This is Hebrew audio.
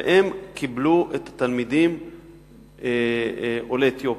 ואז הם קיבלו את התלמידים עולי אתיופיה.